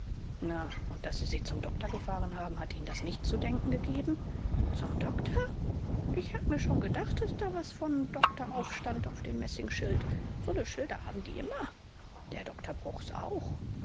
na und daß sie sie zum doktor gefahren haben hat ihnen das nicht zu denken gegeben zum doktor ich habe mir schon gedacht daß da was von n doktor aufstand auf dem messingschild so ne schilder haben die immer der herr doktor bruchs auch